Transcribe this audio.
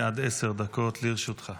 מילה וחצי על הצטרפותו של גדעון סער.